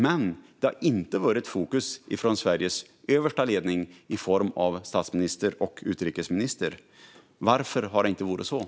Men det har inte varit fokus från Sveriges översta ledning i form av statsminister och utrikesminister. Varför har det inte varit det?